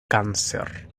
cáncer